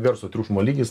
garso triukšmo lygis